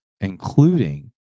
including